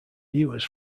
viewers